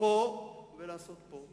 פה ולעשות פה?